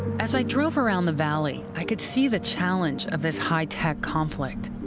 as i drove around the valley, i could see the challenge of this high-tech conflict.